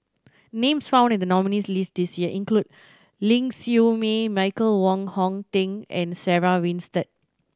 names found in the nominees' list this year include Ling Siew May Michael Wong Hong Teng and Sarah Winstedt